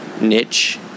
niche